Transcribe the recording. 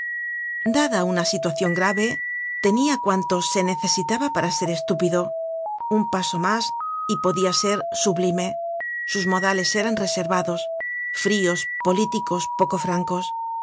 dada una situacion grave tenia cuanto se necesitaba para ser estúpido un paso mas y podia ser sublime sus modales eran reservados frios políticos poco francos